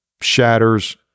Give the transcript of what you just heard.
shatters